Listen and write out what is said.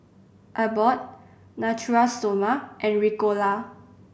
Abbott Natura Stoma and Ricola